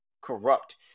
Corrupt